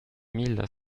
mille